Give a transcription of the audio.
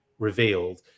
Revealed